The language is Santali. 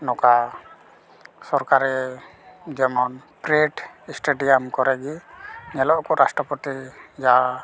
ᱱᱚᱠᱟ ᱥᱚᱨᱠᱟᱨᱤ ᱡᱮᱢᱚᱱ ᱯᱨᱮᱴ ᱥᱴᱮᱰᱤᱭᱟᱢ ᱠᱚᱨᱮᱜᱮ ᱧᱮᱞᱚᱜ ᱟᱠᱚ ᱨᱟᱥᱴᱨᱚᱯᱚᱛᱤ ᱡᱟ